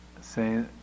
say